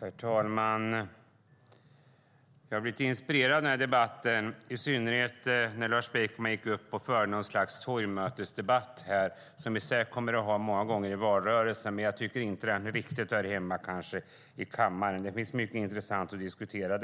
Herr talman! Jag blir inspirerad i den här debatten, i synnerhet när Lars Beckman gick upp och förde något slags torgmötesdebatt. Det kommer vi säkert att ha många gånger i valrörelsen, men jag tycker inte riktigt att det hör hemma i kammaren. Det finns mycket intressant att diskutera,